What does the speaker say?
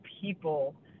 people